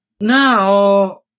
Now